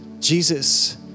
Jesus